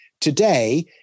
today